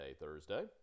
Thursday